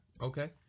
Okay